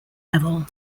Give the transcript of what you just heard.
level